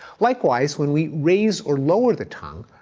likewise, when we raise or lower the tongue,